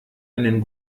einen